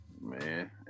Man